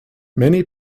many